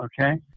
okay